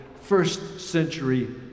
first-century